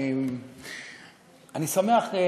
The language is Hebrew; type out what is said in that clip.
אני שמח,